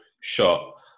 shot